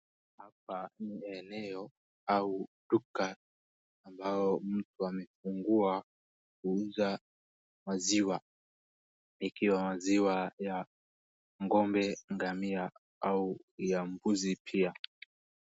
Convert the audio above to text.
Hapa ni eneo au duka ambao mtu amefungua kuuza maziwa. Ikiwa maziwa ya ng'ombe, ngamia au ya mbuzi pia.